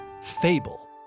fable